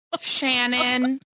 Shannon